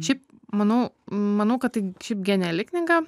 šiaip manau manau kad šiaip geniali knyga